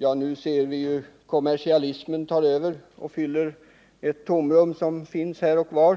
Ja, nu ser vi ju att kommersialismen tar över och fyller ett tomrum som finns här och var